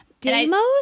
Demos